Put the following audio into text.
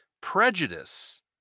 prejudice